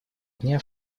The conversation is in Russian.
дня